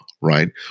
right